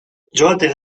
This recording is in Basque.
joaten